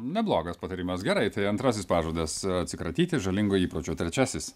neblogas patarimas gerai tai antrasis pažadas atsikratyti žalingo įpročio trečiasis